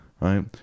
Right